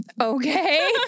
Okay